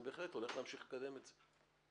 אז אני בהחלט הולך להמשיך לקדם את זה.